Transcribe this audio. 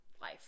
life